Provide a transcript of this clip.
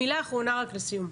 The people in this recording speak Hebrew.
מילה אחרונה לסיום: